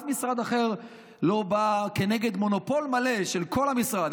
אף משרד אחר לא בא כנגד מונופול מלא של כל המשרד.